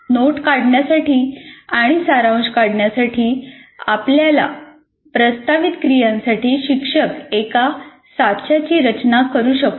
note काढण्यासाठी आणि सारांश काढण्यासाठी आपल्या प्रस्तावित क्रियांसाठी शिक्षक एका साच्याची रचना करू शकतो